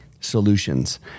Solutions